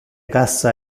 cassa